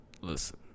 Listen